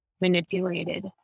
manipulated